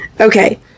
Okay